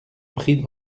prit